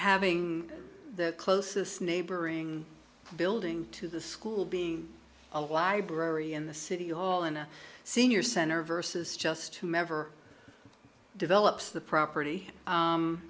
having the closest neighboring building to the school being a library in the city hall in a senior center versus just whomever develops the property